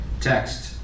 text